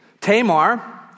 Tamar